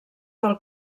del